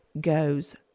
goes